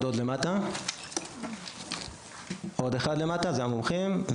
השבוע יצרנו מעגלי שיח של תלמידים והורים שמעבירים אותם בשיעורי החינוך.